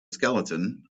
skeleton